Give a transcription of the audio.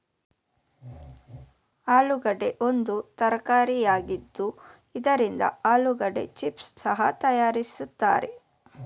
ಆಲೂಗೆಡ್ಡೆ ಒಂದು ತರಕಾರಿಯಾಗಿದ್ದು ಇದರಿಂದ ಆಲೂಗೆಡ್ಡೆ ಚಿಪ್ಸ್ ಸಹ ತರಯಾರಿಸ್ತರೆ